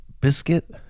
Biscuit